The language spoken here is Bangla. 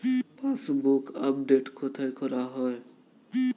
পাসবুক আপডেট কোথায় করা হয়?